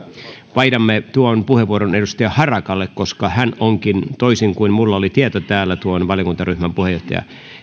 vaihdamme tuon puheenvuoron edustaja harakalle koska hän onkin toisin kuin minulla oli tieto täällä tuon valiokuntaryhmän puheenjohtaja